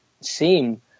seem